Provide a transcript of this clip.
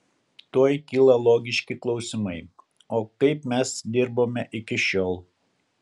tuoj kyla logiški klausimai o kaip mes dirbome iki šiol